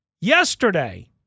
yesterday